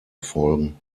erfolgen